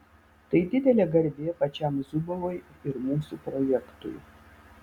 tai didelė garbė pačiam zubovui ir mūsų projektui